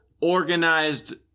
organized